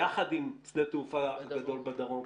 יחד עם שדה תעופה גדול בדרום.